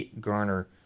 garner